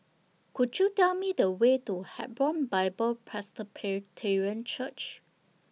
Could YOU Tell Me The Way to Hebron Bible Presbyterian Church